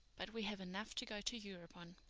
but we have enough to go to europe on.